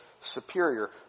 superior